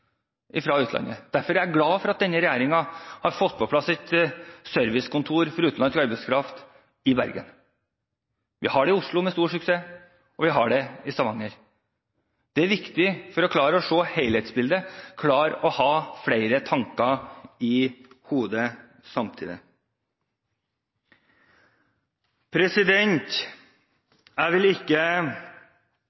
Derfor er jeg glad for at denne regjeringen har fått på plass et servicekontor for utenlandsk arbeidskraft i Bergen. Vi har det i Oslo – med stor suksess – og vi har det i Stavanger. Det er viktig for å klare å se helhetsbildet å klare å ha flere tanker i hodet